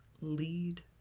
lead